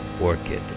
Orchid